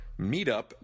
meetup